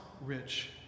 rich